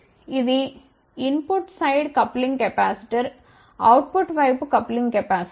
ఇది input side coupling capacitor output వైపు coupling capacitor